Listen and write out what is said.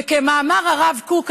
וכמאמר הרב קוק,